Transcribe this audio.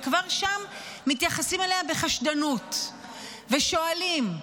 וכבר שם מתייחסים אליה בחשדנות ושואלים: